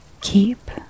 keep